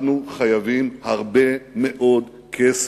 אנחנו צריכים הרבה מאוד כסף.